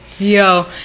Yo